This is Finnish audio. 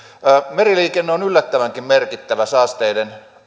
meriliikenne on yllättävänkin merkittävä saasteiden